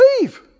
Leave